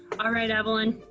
um right, evelyn.